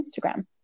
Instagram